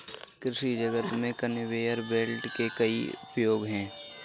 कृषि जगत में कन्वेयर बेल्ट के कई उपयोग हैं